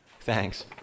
Thanks